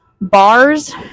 bars